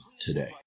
today